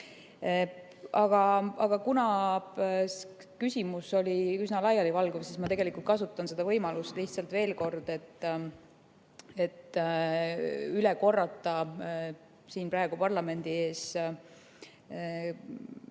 Aga kuna küsimus oli üsna laialivalguv, siis ma kasutan seda võimalust lihtsalt veel kord, et üle korrata siin parlamendi ees